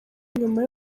nyuma